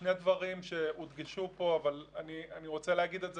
שני דברים שהודגשו פה אבל אני רוצה להגיד את זה